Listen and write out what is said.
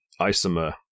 isomer